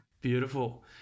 beautiful